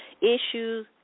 issues